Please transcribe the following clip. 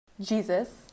jesus